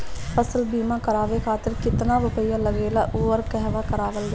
फसल बीमा करावे खातिर केतना रुपया लागेला अउर कहवा करावल जाला?